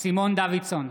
סימון דוידסון,